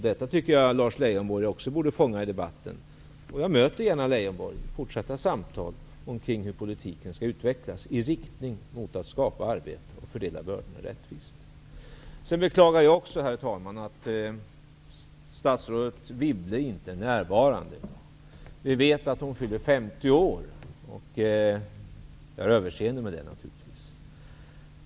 Detta tycker jag att Lars Leijonborg också borde fånga i debatten, och jag möter gärna Leijonborg för fortsatta samtal omkring hur politiken skall utvecklas i riktning mot att skapa arbete och fördela bördorna rättvist. Sedan beklagar jag också, herr talman, att statsrådet Wibble inte är närvarande. Vi vet att hon fyller 50 år, och jag har överseende med det naturligtvis.